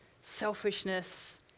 selfishness